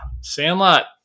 Sandlot